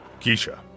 Keisha